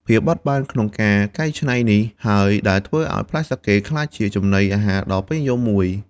ភាពបត់បែនក្នុងការកែច្នៃនេះហើយដែលធ្វើឲ្យផ្លែសាកេក្លាយជាចំណីអាហារដ៏ពេញនិយមមួយ។